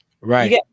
Right